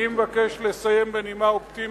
אני מבקש לסיים בנימה אופטימית,